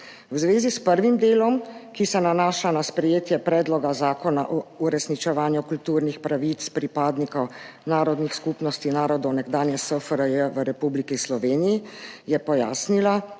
V zvezi s prvim delom, ki se nanaša na sprejetje Predloga zakona o uresničevanju kulturnih pravic pripadnikov narodnih skupnosti narodov nekdanje SFRJ v Republiki Sloveniji, je pojasnila,